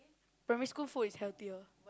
primary school food is healthier